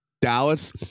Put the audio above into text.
Dallas